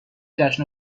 جشن